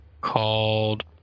called